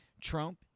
Trump